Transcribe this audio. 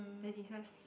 then it's just